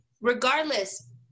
Regardless